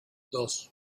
dos